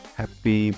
happy